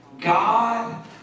God